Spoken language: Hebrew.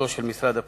של משרד הפנים.